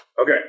Okay